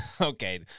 Okay